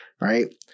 right